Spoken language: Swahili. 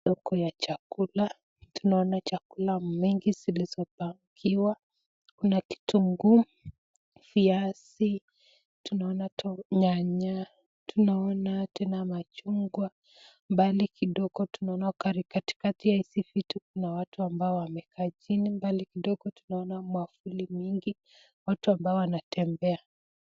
Ndogo ya chakula, tunaona chakula mengi zilizopakiwa, kuna kitunguu, viazi, tunaona nyanya, tunanona tena machungwa. Mbali kidogo tunaona katikati ya hizi vitu kuna watu ambao wamekaa chini. Mbali kidiogo tunaona mwavuli mingi, watu ambao wanatembea.